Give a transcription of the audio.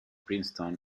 princeton